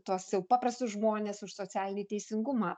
tuos jau paprastus žmones už socialinį teisingumą